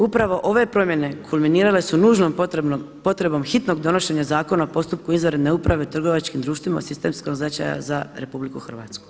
Upravo ove promjene kulminirale su nužnom potrebom hitnog donošenja Zakona o postupku izvanredne uprave o trgovačkim društvima od sistemskog značaja za RH.